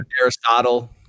Aristotle